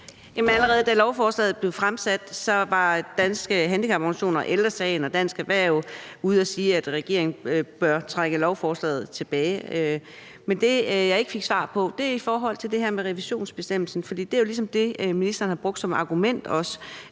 (DD): Allerede da lovforslaget blev fremsat, var Danske Handicaporganisationer, Ældre Sagen og Dansk Erhverv ude at sige, at regeringen burde trække lovforslaget tilbage. Men det, jeg ikke fik svar på, var det her med revisionsbestemmelsen. Det er jo ligesom det, ministeren har brugt som argument.